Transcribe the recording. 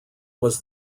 was